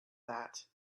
that